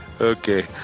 okay